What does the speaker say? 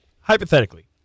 Hypothetically